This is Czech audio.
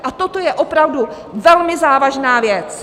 A toto je opravdu velmi závažná věc.